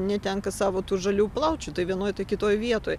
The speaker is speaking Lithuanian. netenka savo tų žalių plaučių tai vienoj tai kitoj vietoj